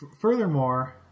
furthermore